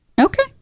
Okay